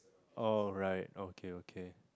alright okay okay